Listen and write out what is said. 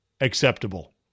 acceptable